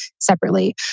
separately